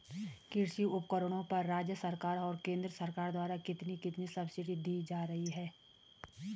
कृषि उपकरणों पर राज्य सरकार और केंद्र सरकार द्वारा कितनी कितनी सब्सिडी दी जा रही है?